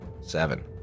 Seven